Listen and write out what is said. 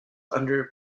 under